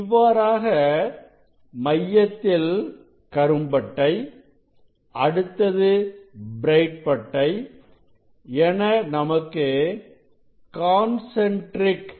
இவ்வாறாக மையத்தில் கரும் பட்டை அடுத்தது பிரைட் பட்டை என நமக்கு கான்சன்ட்ரிக்